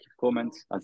comments